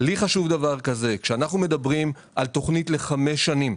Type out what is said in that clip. לי חשוב שכשאנחנו מדברים על תכנית לחמש שנים,